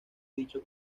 dicho